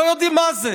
לא יודעים מה זה.